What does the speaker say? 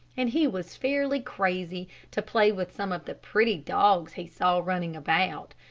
and he was fairly crazy to play with some of the pretty dogs he saw running about.